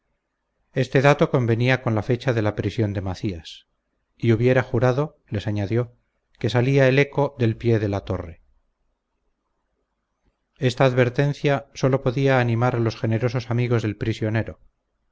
este dato convenía con la fecha de la prisión de macías y hubiera jurado les añadió que salía el eco del pie de la torre esta advertencia sólo podía animar a los generosos amigos del prisionero